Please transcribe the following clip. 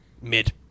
mid